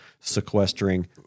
sequestering